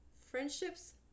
Friendships